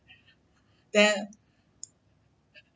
then